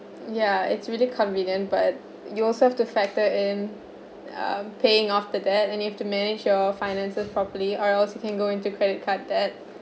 ya it's really convenient but you also have to factor in um paying off the debt and you have to manage your finances properly or else you can go into credit card debt